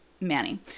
Manny